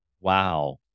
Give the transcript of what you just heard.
wow